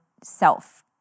self